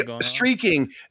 streaking